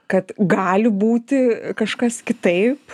kad gali būti kažkas kitaip